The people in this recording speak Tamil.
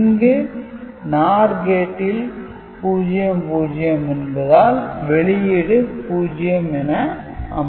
இங்கு NOR கேட்டில் 00 என்பதால் வெளியீடு 0 என அமைகிறது